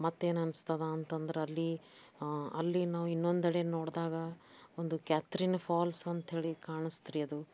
ಮತ್ತೇನು ಅನ್ನಿಸ್ತದ ಅಂತ ಅಂದ್ರೆ ಅಲ್ಲಿ ಅಲ್ಲಿ ನಾವು ಇನ್ನೊಂದೆಡೆ ನೋಡಿದಾಗ ಒಂದು ಕ್ಯಾತ್ರಿನ್ ಫಾಲ್ಸ್ ಅಂತ್ಹೇಳಿ ಕಾಣಿಸ್ತು ರೀ ಅದು